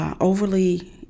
overly